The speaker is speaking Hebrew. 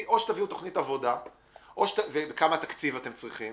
או שתביאו תכנית עבודה וכמה תקציב אתם צריכים